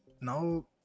now